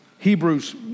Hebrews